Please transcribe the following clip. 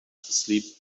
sleep